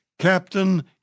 Captain